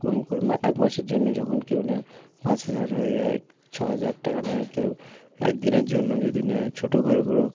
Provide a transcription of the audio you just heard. কম করে মা এক মাসের জন্য যখন কেউ নেয় পাঁচ হাজার হয়ে যায় ছ হাজার টাকা নেয় কেউ এক দিনের জন্য যদি নেয় ছোটো ঘরগুলো